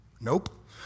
Nope